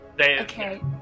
okay